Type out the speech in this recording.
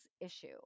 issue